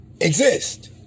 exist